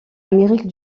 amérique